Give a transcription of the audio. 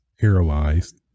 paralyzed